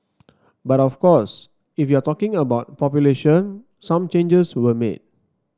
but of course if you're talking about population some changes were made